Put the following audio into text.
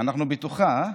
אנחנו בתוכה,